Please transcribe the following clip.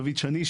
דוד שני,